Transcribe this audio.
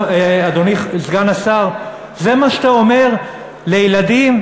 אדוני סגן השר, זה מה שאתה אומר לילדים?